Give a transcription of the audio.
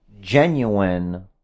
genuine